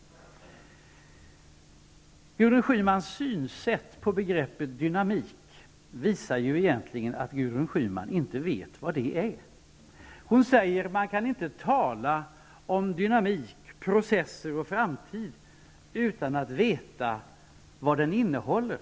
Gudrun Schymans synsätt när det gäller dynamik visar egentligen att Gudrun Schyman inte vet vad detta är. Hon säger att man kan inte tala om dynamik, processer och framtid utan att känna till innehållet.